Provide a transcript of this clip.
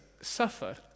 suffer